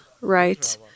right